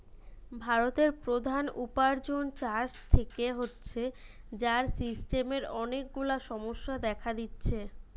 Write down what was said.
ভারতের প্রধান উপার্জন চাষ থিকে হচ্ছে, যার সিস্টেমের অনেক গুলা সমস্যা দেখা দিচ্ছে